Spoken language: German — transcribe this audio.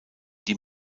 die